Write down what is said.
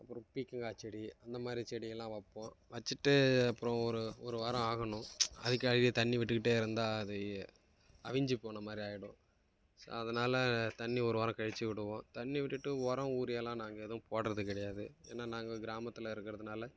அப்றம் பீக்கங்காய் செடி அந்த மாதிரி செடிலாம் வைப்போம் வச்சிட்டு அப்றம் ஒரு ஒரு வாரம் ஆகணும் அதுக்காக தண்ணி விட்டுக்கிட்டு இருந்தால் அது அவிஞ்சி போன மாதிரி ஆயிடும் ஸோ அதனால் தண்ணி ஒரு வாரம் கழித்து விடுவோம் தண்ணி விட்டிட்டு உரம் யூரியாலாம் நாங்கள் எதுவும் போடுறது கிடையாது ஏன்னா நாங்கள் கிராமத்தில் இருக்கிறதுனால